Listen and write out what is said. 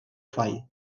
fai